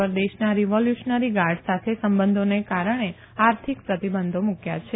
ઉપર દેશના revolutionary guard સાથે સંબંધોને કારણે આર્થિક પ્રતિબંધો મુકથા છે